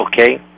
okay